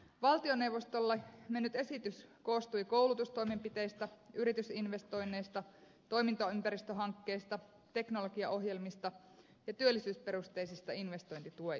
valtioneuvostolle mennyt esitys koostui koulutustoimenpiteistä yritysinvestoinneista toimintaympäristöhankkeista teknologiaohjelmista ja työllisyysperusteisista investointituista